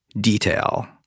detail